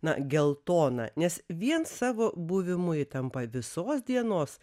na geltona nes vien savo buvimu ji tampa visos dienos